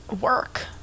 work